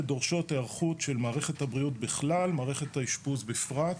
דורשות היערכות של מערכת הבריאות בכלל ומערכת האשפוז בפרט.